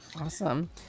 awesome